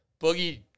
Boogie